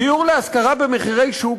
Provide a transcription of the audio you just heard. דיור להשכרה במחירי שוק,